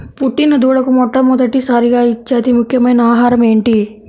పుట్టిన దూడకు మొట్టమొదటిసారిగా ఇచ్చే అతి ముఖ్యమైన ఆహారము ఏంటి?